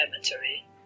cemetery